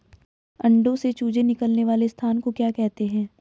अंडों से चूजे निकलने वाले स्थान को क्या कहते हैं?